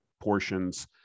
portions